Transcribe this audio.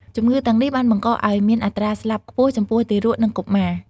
ជំងឺទាំងនេះបានបង្កឱ្យមានអត្រាស្លាប់ខ្ពស់ចំពោះទារក និងកុមារ។